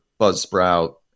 Buzzsprout